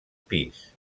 pis